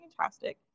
fantastic